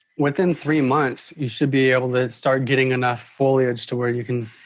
within three months you should be able to start getting enough foliage to where you can